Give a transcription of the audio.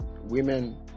women